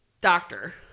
doctor